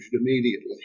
immediately